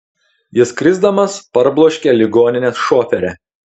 jis krisdamas parbloškė ligoninės šoferę